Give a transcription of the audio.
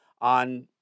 on